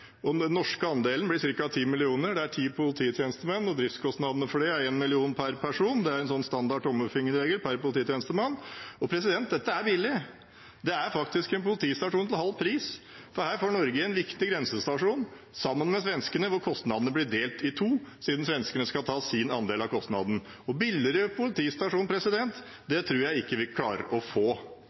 Den norske andelen blir ca. 10 mill. kr. Det er ti polititjenestemenn, og driftskostnadene for det er 1 mill. kr per person – det er en standard tommelfingerregel – per polititjenestemann. Dette er billig. Det er faktisk en politistasjon til halv pris, for her får Norge en viktig grensestasjon sammen med svenskene hvor kostnadene blir delt i to, siden svenskene skal ta sin andel av kostnaden. Billigere politistasjon tror jeg ikke vi klarer å få.